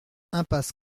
impasse